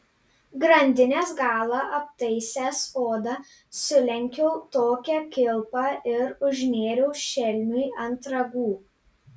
grandinės galą aptaisęs oda sulenkiau tokią kilpą ir užnėriau šelmiui ant ragų